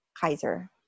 Kaiser